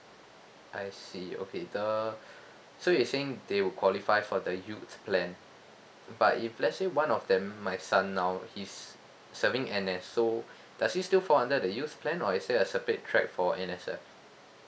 I see okay the so you saying they'll qualify for the youth plan but if let's say one of them my son now he's serving N_S so does he still fall under the youth plan or is there a separate track for N_S_F